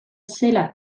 zela